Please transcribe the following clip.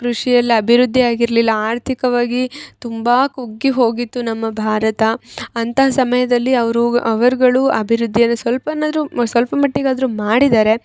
ಕೃಷಿಯಲ್ಲಿ ಅಭಿವೃದ್ದಿ ಆಗಿರಲಿಲ್ಲ ಆರ್ಥಿಕವಾಗಿ ತುಂಬ ಕುಗ್ಗಿ ಹೋಗಿತ್ತು ನಮ್ಮ ಭಾರತ ಅಂಥ ಸಮಯದಲ್ಲಿ ಅವರು ಅವರುಗಳು ಅಭಿವೃದ್ಧಿಯನ್ನ ಸ್ವಲ್ಪನಾದ್ರು ಮ ಸ್ವಲ್ಪ ಮಟ್ಟಿಗೆ ಆದರು ಮಾಡಿದಾರೆ